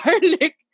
garlic